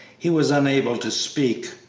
he was unable to speak.